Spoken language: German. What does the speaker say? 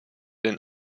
den